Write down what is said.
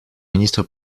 ministre